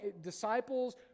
disciples